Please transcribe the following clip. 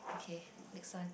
okay next one